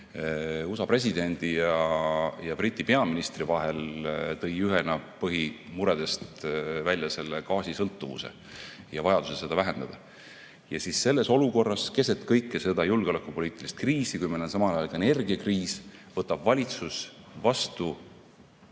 USA presidendi ja Briti peaministri vahel tõi ühena põhimuredest välja gaasisõltuvuse ja vajaduse seda vähendada. Ja siis selles olukorras, keset kogu seda julgeolekupoliitilist kriisi, kui meil on samal ajal ka energiakriis, võtab valitsus pärast